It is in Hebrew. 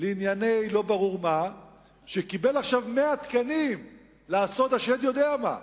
לענייני לא-ברור-מה שקיבל עכשיו 100 תקנים לעשות השד-יודע-מה.